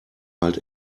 halt